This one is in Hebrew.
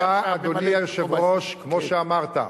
התשובה, אדוני היושב-ראש, כמו שאמרת,